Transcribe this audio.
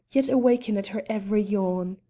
yet waken at her every yawn.